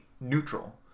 neutral